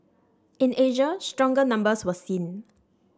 in Asia stronger numbers were seen